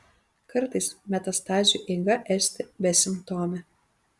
kartais metastazių eiga esti besimptomė